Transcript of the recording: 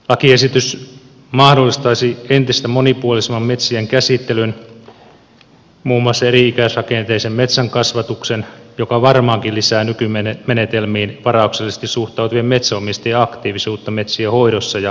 lakiesitys mahdollistaisi entistä monipuolisemman metsien käsittelyn muun muassa eri ikäisrakenteisen metsän kasvatuksen mikä varmaankin lisää nykymenetelmiin varauksellises ti suhtautuvien metsänomistajien aktiivisuutta metsien hoidossa ja hyödyntämisessä